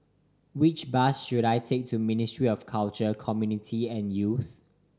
which bus should I take to Ministry of Culture Community and Youth